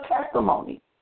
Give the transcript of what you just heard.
testimony